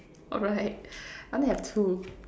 alright I only have two